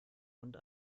und